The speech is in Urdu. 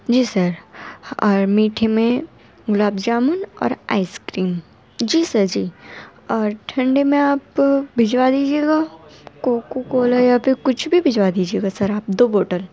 جی سر اور میٹھے میں گلاب جامن اور آئس کریم جی سر جی اور ٹھنڈے میں آپ بھیجوا دیجیے گا کوکو کولا یا پھر یا پھر کچھ بھی بھیجوا دیجیے گا سر آپ دو بوٹل